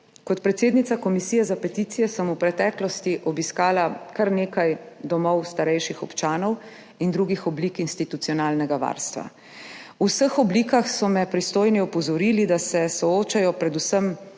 Kot predsednica Komisije za peticije sem v preteklosti obiskala kar nekaj domov starejših občanov in drugih oblik institucionalnega varstva. V vseh oblikah so me pristojni opozorili, da se soočajo predvsem